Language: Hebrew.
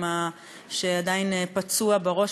שעדיין פצוע בראש,